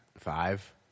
Five